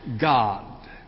God